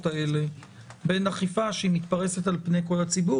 האלה בין אכיפה שהיא מתפרסת על פני כל הציבור,